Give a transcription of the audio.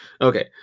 okay